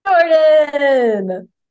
Jordan